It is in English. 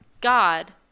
God